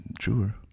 truer